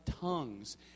tongues